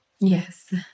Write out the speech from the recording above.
Yes